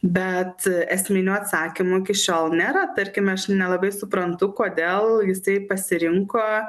bet esminio atsakymo iki šiol nėra tarkime aš nelabai suprantu kodėl jisai pasirinko